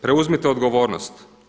Preuzmite odgovornost.